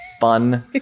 fun